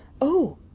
Oh